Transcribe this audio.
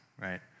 right